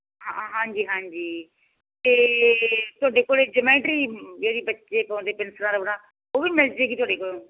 ਹਾਂ ਹਾਂਜੀ ਹਾਂਜੀ ਅਤੇ ਤੁਹਾਡੇ ਕੋਲ ਜਮੈਟਰੀ ਜਿਹੜੀ ਬੱਚੇ ਪਾਉਂਦੇ ਪਿਨਸਲਾਂ ਰਬੜਾਂ ਉਹ ਵੀ ਮਿਲ ਜਾਏਗੀ ਤੁਹਾਡੇ ਕੋਲੋਂ